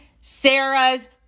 sarah's